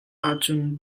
ahcun